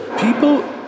people